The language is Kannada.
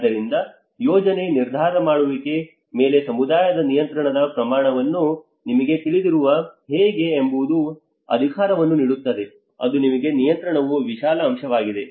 ಆದ್ದರಿಂದ ಯೋಜನೆ ನಿರ್ಧಾರ ಮಾಡುವಿಕೆಯ ಮೇಲೆ ಸಮುದಾಯದ ನಿಯಂತ್ರಣದ ಪ್ರಮಾಣವು ನಿಮಗೆ ತಿಳಿದಿರುವುದು ಹೇಗೆ ಎಂಬುದು ಇನ್ನೂ ಅಧಿಕಾರವನ್ನು ನೀಡುತ್ತದೆ ಅದು ನಿಮಗೆ ನಿಯಂತ್ರಣವು ವಿಶಾಲ ಅಂಶವಾಗಿದೆ